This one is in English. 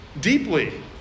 deeply